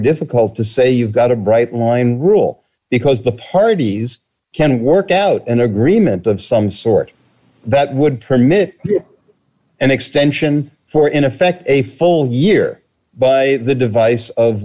difficult to say you've got a bright line rule because the parties can work out an agreement of some sort that would permit an extension for in effect a full year by the device of